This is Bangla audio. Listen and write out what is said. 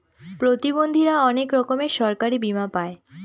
প্রতিবন্ধীরা অনেক রকমের সরকারি বীমা পাই